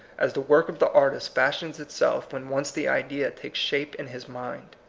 as the work of the artist fashions itself when once the idea takes shape in his mind.